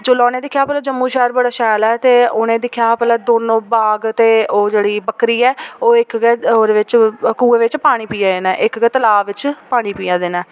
ते जेल्लै उ'नें दिक्खेआ कि भला जम्मू शैह्र बड़ा शैल ऐ उ'नें दिक्खेआ हा भला दोनों बाघ ते ओह् जेह्ड़ी बकरी ऐ ओह् इक गै ओह्दे बिच कुऐं बिच पानी पीया दे न इक गै तलाऽ बिच पानी पीया दे न